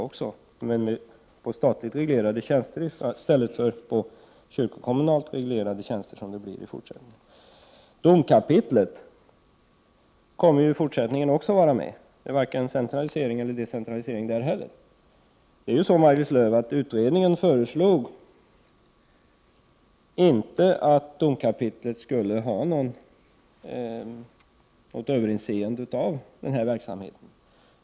I dag är det dock fråga om statligt reglerade tjänster, i stället för kyrkokommunalt reglerade tjänster som det blir i fortsättningen. Domkapitlet kommer också att vara med i fortsättningen. Det blir varken fråga om centralisering eller fråga om decentralisering där heller. Maj-Lis Lööw, utredningen föreslog inte att domkapitlet skulle ha något överinseende över denna verksamhet.